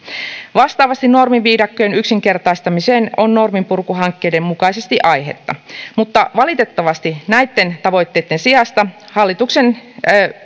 vastaavasti normiviidakkojen yksinkertaistamiseen on norminpurkuhankkeiden mukaisesti aihetta mutta valitettavasti näitten tavoitteitten sijasta hallituksen